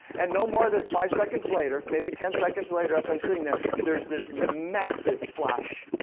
and no more than five seconds later, maybe ten seconds later after i'm sitting there, there's this massive flash,